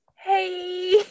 hey